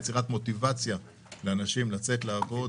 יצירת מוטיבציה לאנשים לצאת לעבוד